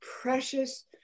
precious